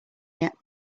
yet